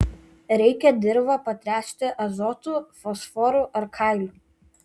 reikia dirvą patręšti azotu fosforu ar kaliu